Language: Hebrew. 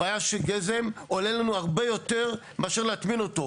הבעיה היא שגזם עולה לנו הרבה יותר מאשר להטמין אותו.